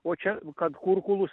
o čia kad kurtulus